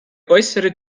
äußere